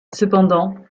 cependant